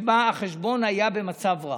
שבה החשבון היה במצב רע.